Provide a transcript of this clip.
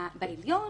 בבית המשפט העליון